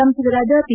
ಸಂಸದರಾದ ಪಿ